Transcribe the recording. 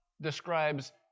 describes